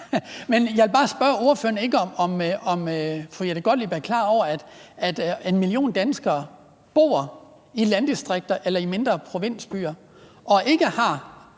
det. Jeg vil bare spørge ordføreren, om hun er klar over, at en million danskere bor i landdistrikter eller i mindre provinsbyer og ikke har